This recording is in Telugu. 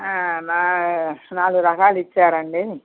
నాలుగు రకాలు ఇచ్చారండి